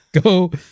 Go